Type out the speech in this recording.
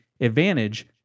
advantage